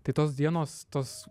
tai tos dienos tos